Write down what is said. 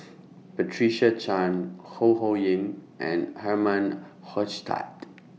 Patricia Chan Ho Ho Ying and Herman Hochstadt